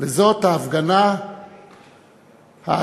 וזאת ההפגנה העצומה